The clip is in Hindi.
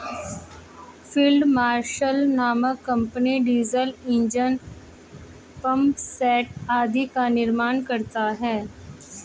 फील्ड मार्शल नामक कम्पनी डीजल ईंजन, पम्पसेट आदि का निर्माण करता है